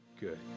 good